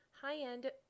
high-end